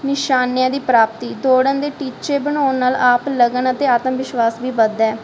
ਨਿਸ਼ਾਨੇ ਦੀ ਪ੍ਰਾਪਤੀ ਦੌੜਨ ਦੇ ਟੀਚੇ ਬਣਾਉਣ ਨਾਲ ਆਪ ਲਗਨ ਅਤੇ ਆਤਮ ਵਿਸ਼ਵਾਸ ਵੀ ਵੱਧਦਾ